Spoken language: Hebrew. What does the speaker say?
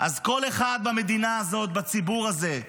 אז כל אחד במדינה הזאת, בציבור הזה,